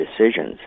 decisions